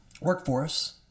workforce